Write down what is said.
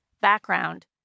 background